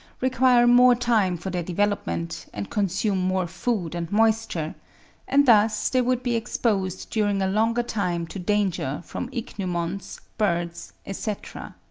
require more time for their development, and consume more food and moisture and thus they would be exposed during a longer time to danger from ichneumons, birds, etc,